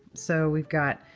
so we've got